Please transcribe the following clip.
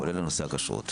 כולל נושא הכשרות.